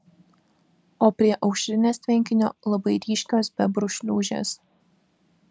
o prie aušrinės tvenkinio labai ryškios bebrų šliūžės